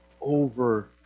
Over